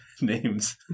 names